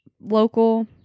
local